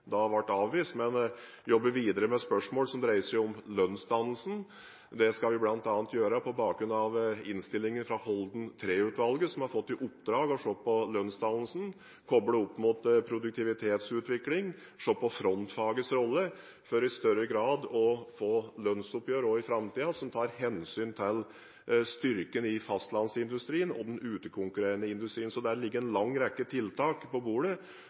avvist, men vi vil jobbe videre med spørsmål som dreier seg om lønnsdannelsen. Det skal vi bl.a. gjøre på bakgrunn av innstillingen fra Holden III-utvalget, som har fått i oppdrag å se på lønnsdannelsen koblet opp mot produktivitetsutvikling og på frontfagets rolle for i større grad å få lønnsoppgjør også i framtiden som tar hensyn til styrken i fastlandsindustrien og den utekonkurrerende industrien. Det ligger en lang rekke tiltak på